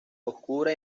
oscura